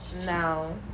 No